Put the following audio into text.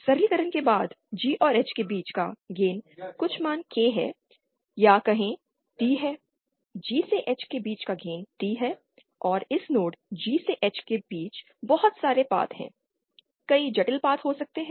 और सरलीकरण के बाद G और H के बीच का गेन कुछ मान K है या कहें T है G से H के बीच का गेन T है और इस नोड G से H के बीच बहुत सारे पाथ है कई जटिल पाथ हो सकते हैं